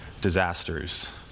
disasters